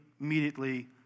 immediately